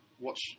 watch